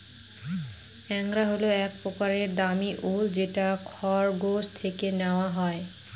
angora হল এক প্রকার দামী উল যেটা খরগোশ থেকে নেওয়া হয়